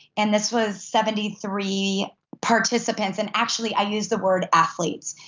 and this was seventy three participants, and actually i use the word athletes,